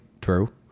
True